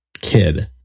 kid